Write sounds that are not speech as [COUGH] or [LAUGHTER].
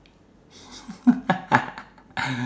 [LAUGHS]